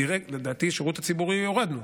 לדעתי את השירות הציבורי הורדנו,